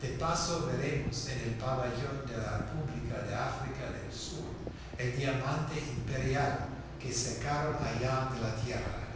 de paso veremos en el pabellón de la república del áfrica del sur el diamante imperial que sacaron allá de la tierra